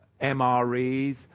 MREs